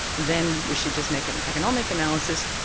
then we should just make an economic analysis.